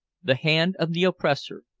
the hand of the oppressor,